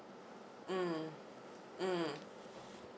mm mm